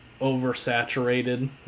oversaturated